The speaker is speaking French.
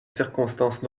circonstances